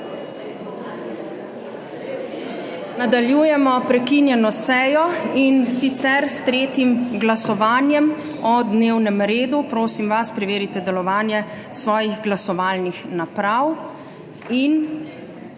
Nadaljujemo prekinjeno sejo, in sicer s tretjim glasovanjem o dnevnem redu. Prosim vas, preverite delovanje svojih glasovalnih naprav. In